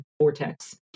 vortex